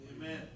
Amen